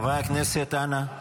חברי הכנסת, אנא.